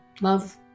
love